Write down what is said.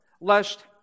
Lest